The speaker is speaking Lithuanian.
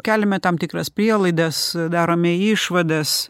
keliame tam tikras prielaidas darome išvadas